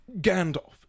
Gandalf